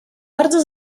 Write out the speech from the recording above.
bardzo